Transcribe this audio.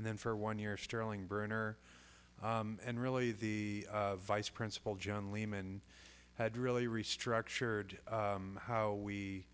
and then for one year sterling burner and really the vice principal john lehman had really restructured how we